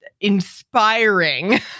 inspiring